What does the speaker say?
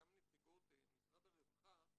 גם נציגות משרד הרווחה,